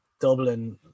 Dublin